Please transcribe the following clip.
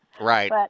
Right